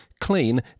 clean